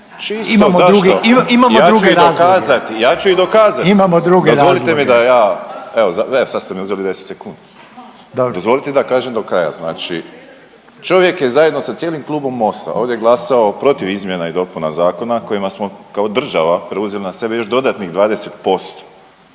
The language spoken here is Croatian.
Željko Reiner: Dobro./… Dozvolite da kažem do kraja. Znači čovjek je zajedno sa cijelim Klubom MOST-a ovdje glasao protiv izmjena i dopuna zakona kojima smo kao država preuzeli na sebe još dodatnih 20%,